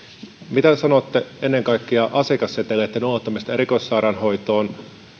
mitä te sanotte ennen kaikkea asiakasseteleitten ulottamisesta erikoissairaanhoitoon